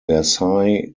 versailles